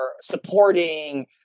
supporting